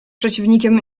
przeciwnikiem